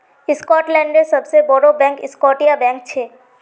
स्कॉटलैंडेर सबसे बोड़ो बैंक स्कॉटिया बैंक छे